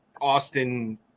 Austin